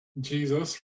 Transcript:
Jesus